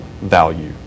value